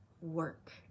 work